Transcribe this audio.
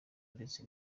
ndetse